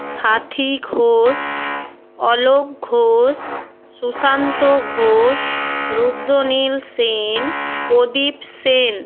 Sathi Ghosh Alok Ghosh Sushant Ghosh Rudranil Sen Pradip Sen